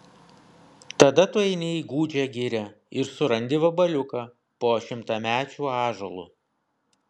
tada tu eini į gūdžią girią ir surandi vabaliuką po šimtamečiu ąžuolu